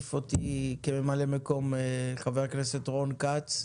יחליף אותי כממלא מקום, חבר הכנסת רון כץ,